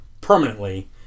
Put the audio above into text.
Permanently